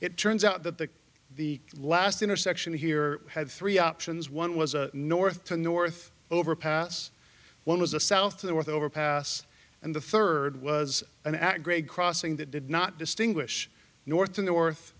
it turns out that the the last intersection here had three options one was a north to north overpass one was a south to the north overpass and the third was an act grade crossing that did not distinguish north and north